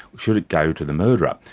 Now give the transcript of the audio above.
should it go to the murderer?